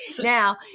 Now